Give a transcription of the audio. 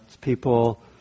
people